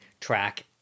track